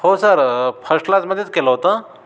हो sir first क्लासमध्येच केलं होतं